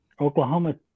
Oklahoma